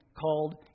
called